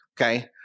Okay